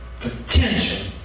potential